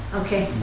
okay